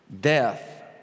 death